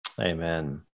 Amen